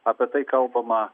apie tai kalbama